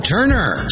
Turner